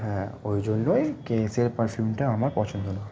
হ্যাঁ ওই জন্যই কেসের পারফিউমটা আমার পছন্দ না